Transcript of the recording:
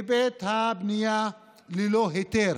היבט הבנייה ללא היתר.